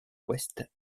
ouest